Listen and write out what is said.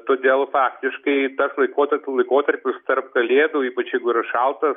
todėl faktiškai tas laikotarpių laikotarpis tarp kalėdų ypač jeigu yra šalta